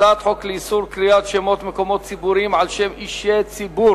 הצעת חוק לאיסור קריאת שמות מקומות ציבוריים על שם אישי ציבור